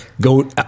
go